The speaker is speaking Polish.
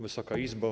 Wysoka Izbo!